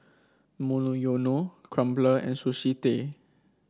Monoyono Crumpler and Sushi Tei